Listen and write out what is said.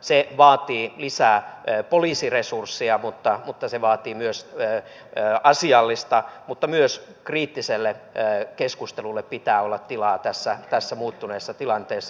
se vaatii lisää poliisiresursseja mutta myös asiallista keskustelua mutta myös kriittiselle keskustelulle pitää olla tilaa tässä muuttuneessa tilanteessa